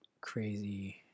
crazy